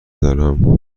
دارم